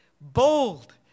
bold